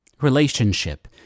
relationship